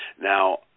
now